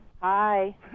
Hi